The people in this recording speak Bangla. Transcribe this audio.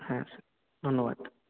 হ্যাঁ স্যার ধন্যবাদ